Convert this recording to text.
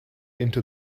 into